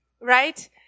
right